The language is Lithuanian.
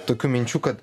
tokių minčių kad